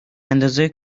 اندازه